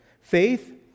Faith